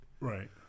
Right